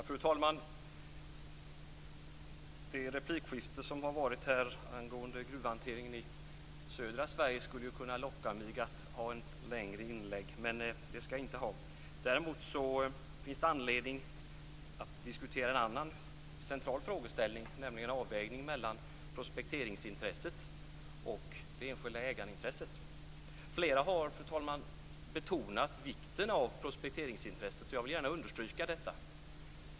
Fru talman! Det replikskifte som har varit angående gruvhanteringen i södra Sverige skulle kunna locka mig att göra ett längre inlägg, men det skall jag inte. Däremot finns det anledning att diskutera en annan central frågeställning, nämligen avvägningen mellan prospekteringsintresset och det enskilda ägarintresset. Flera har, fru talman, betonat vikten av prospekteringsintresset, och jag vill gärna understryka detta.